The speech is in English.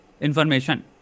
information